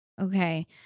Okay